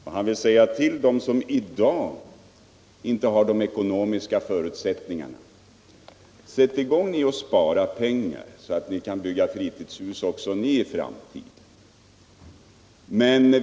Och han vill säga till dem som i dag inte har de ekonomiska förutsättningarna: ”Sätt i gång med att spara pengar, så att också ni kan bygga fritidshus i framtiden!